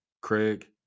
Craig